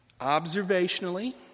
Observationally